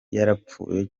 yarapfuye